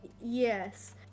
Yes